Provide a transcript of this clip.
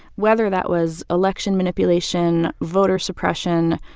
whether that was election manipulation, voter suppression,